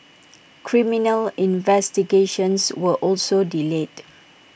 criminal investigations were also delayed